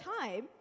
time